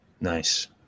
Nice